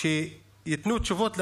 שייתנו תשובות לאנשים.